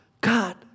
God